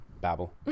babble